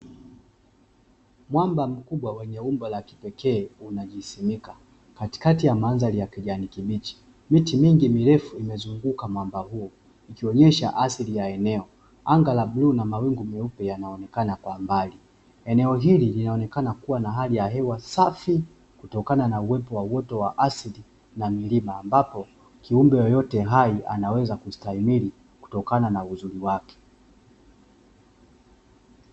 Mwamba mkubwa wenye umbo la kipekee unajisimika katikati ya mandhari ya kijani kibichi miti mingi mirefu imezunguka mwamba huu, ikionyesha asili ya eneo anga la blue na mawingu meupe, yanaonekana kwa mbali eneo hili linaonekana kuwa na hali ya hewa safi kutokana na uwepo wa wote wa asili na milima ambapo kiumbe yeyote hai anaweza kustahimili kutokana na uzuri wake.